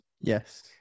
Yes